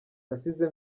nasize